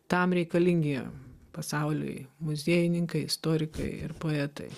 tam reikalingi pasauliui muziejininkai istorikai ir poetai